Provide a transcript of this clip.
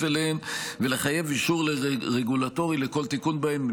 אליהן ולחייב אישור רגולטורי לכל תיקון בהן.